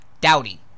Dowdy